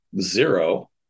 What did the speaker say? zero